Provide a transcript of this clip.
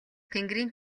тэнгэрийн